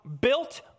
built